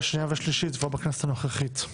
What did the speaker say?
השנייה והשלישית כבר בכנסת הנוכחית.